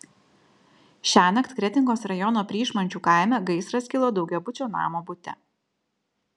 šiąnakt kretingos rajono pryšmančių kaime gaisras kilo daugiabučio namo bute